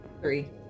Three